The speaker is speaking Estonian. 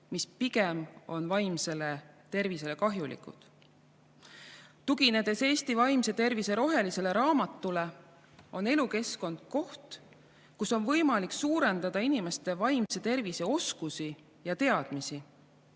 mis pigem on vaimsele tervisele kahjulikud. Kui tugineda Eesti vaimse tervise rohelise raamatu [formuleeringule], on elukeskkond koht, kus on võimalik suurendada inimeste vaimse tervise oskusi ja teadmisi.